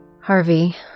Harvey